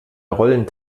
rollen